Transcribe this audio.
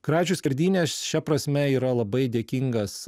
kražių skerdynės šia prasme yra labai dėkingas